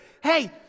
Hey